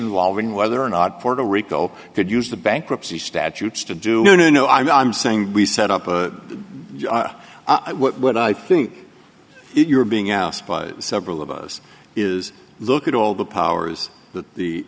involving whether or not puerto rico could use the bankruptcy statutes to do no no no i'm saying we set up a what i think you're being asked by several of us is look at all the powers that the